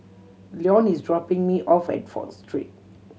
Leon is dropping me off at Fourth Street